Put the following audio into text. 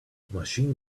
machine